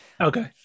okay